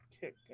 kick